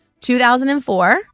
2004